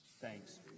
Thanks